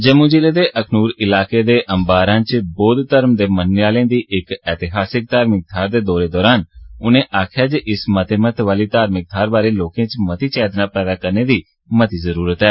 जम्मू जिले दे अखनूर इलाके दे अम्बारा च बौद्ध धर्म दे मनने आहले दी इक ऐतिहासिक धार्मिक थ्हार दे दौरे दौरान उनें आक्खेआ जे इस मते महत्व आहली धार्मिक थाहर बारै लोकें च मती चेतना पैदा करने दी जरुरत ऐ